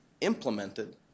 implemented